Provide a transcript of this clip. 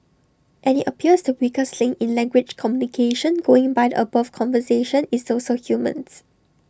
and IT appears to weakest link in language communication going by the above conversation is also humans